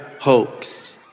hopes